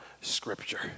Scripture